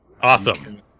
Awesome